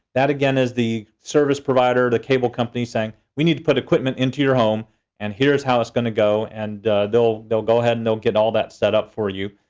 that again is the service provider, the cable company, saying, we need to put equipment into your home and here's how it's gonna go. and they'll they'll go ahead and get all that set up for you.